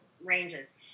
ranges